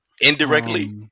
Indirectly